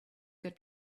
good